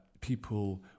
people